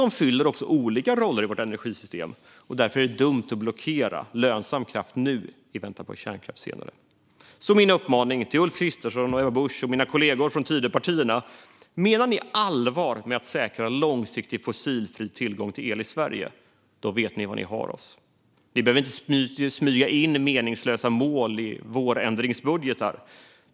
De fyller olika roller i vårt energisystem. Därför är det dumt att blockera lönsam kraft nu i väntan på kärnkraft senare. Min uppmaning till Ulf Kristersson, Ebba Busch och mina kollegor från Tidöpartierna är: Om ni menar allvar med att säkra långsiktig tillgång på fossilfri el i Sverige, då vet ni var ni har oss. Ni behöver inte smyga in meningslösa mål i vårändringsbudgetar.